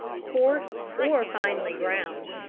coarse or finely ground,